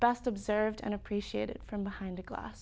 best observed and appreciated from behind a glass